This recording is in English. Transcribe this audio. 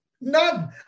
None